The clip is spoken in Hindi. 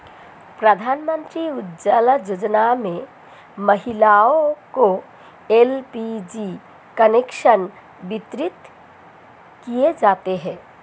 प्रधानमंत्री उज्ज्वला योजना में महिलाओं को एल.पी.जी कनेक्शन वितरित किये जाते है